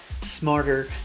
smarter